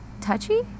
touchy